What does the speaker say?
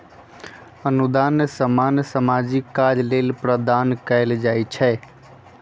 अनुदान सामान्य सामाजिक काज लेल प्रदान कएल जाइ छइ